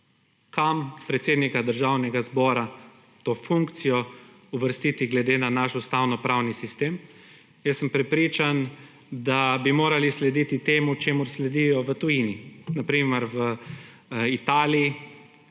kam predsednika Državnega zbora, to funkcijo, uvrstiti glede na naš ustavnopravni sistem. Jaz sem prepričan, da bi morali slediti temu čemur sledijo v tujini, na primer v Italiji,